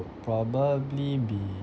would probably be